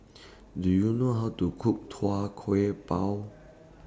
Do YOU know How to Cook Tua Kueh Bao